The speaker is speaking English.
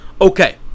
Okay